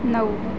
नऊ